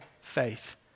faith